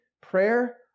prayer